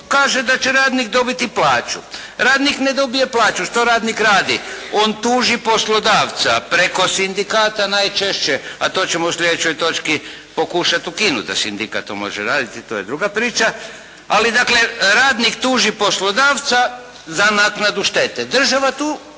kaže da će radnik dobiti plaću. Radnik ne dobije plaću. Što radnik radi? On tuži poslodavca preko sindikata najčešće, a to ćemo u sljedećoj točki pokušati ukinuti da sindikat to može raditi, to je druga priča. Ali dakle radnik tuži poslodavca za naknadu štete. Država tu